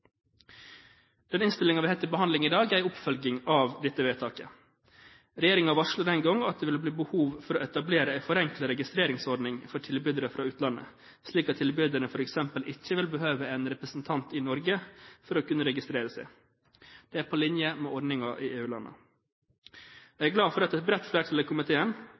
Den innstillingen vi har til behandling i dag, er en oppfølging av dette vedtaket. Regjeringen varslet den gang at det ville bli behov for å etablere en forenklet registreringsordning for tilbydere fra utlandet, slik at tilbyderne f.eks. ikke vil behøve en representant i Norge for å kunne registrere seg. Dette er på linje med ordningen i EU-landene. Jeg er glad for at et bredt flertall i komiteen,